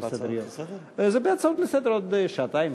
זה בהצעות לסדר-היום, בעוד שעתיים-שלוש.